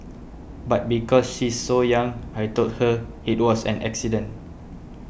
but because she's so young I told her it was an accident